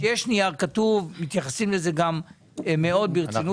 כשיש נייר כתוב הם מתייחסים אליו מאוד ברצינות.